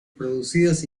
producidas